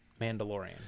mandalorian